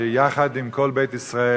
יחד עם כל בית ישראל,